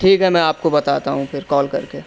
ٹھیک ہے میں آپ کو بتاتا ہوں پھر کال کر کے